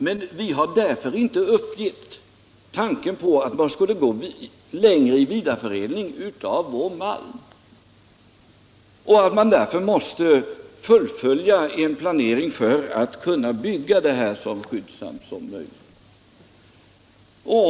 Men vi har därför inte uppgivit tanken på att man skulle gå längre i vidareförädling av vår malm. Då måste man fullfölja planeringen för att kunna bygga ett ämnesverk så skyndsamt som möjligt.